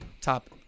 top